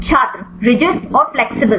छात्र रिजिड और फ्लेक्सिबल